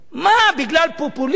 בגלל פופוליזם,